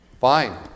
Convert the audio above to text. Fine